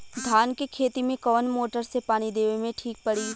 धान के खेती मे कवन मोटर से पानी देवे मे ठीक पड़ी?